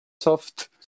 soft